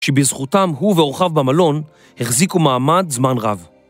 שבזכותם הוא ואורחיו במלון החזיקו מעמד זמן רב.